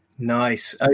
Nice